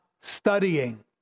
studying